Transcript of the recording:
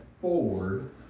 forward